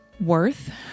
worth